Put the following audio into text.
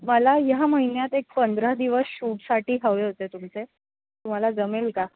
मला ह्या महिन्यात एक पंधरा दिवस शूटसाठी हवे होते तुमचे तुम्हाला जमेल का